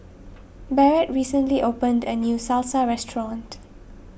Barrett recently opened a new Salsa restaurant